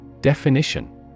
Definition